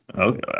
Okay